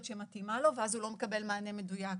שמתאימה לו ואז הוא לא מקבל מענה מדויק.